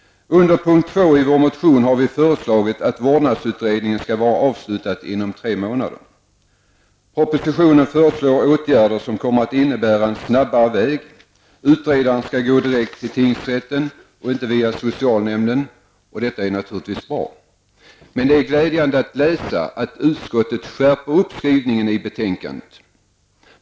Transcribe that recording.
Under punkt 2 har vi föreslagit att vårdnadsutredningen skall vara avslutad inom tre månader. I propositionen föreslås åtgärder som kommer att innebära en snabbare väg. Utredaren skall gå direkt till tingsrätten och inte via socialnämnden. Detta är naturligtvis bra, men det är glädjande att utskottet i betänkandet skärper skrivningen.